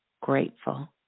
grateful